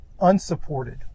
unsupported